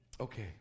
Okay